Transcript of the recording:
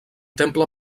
temple